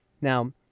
Now